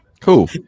Cool